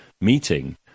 meeting –